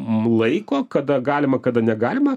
laiko kada galima kada negalima